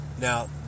now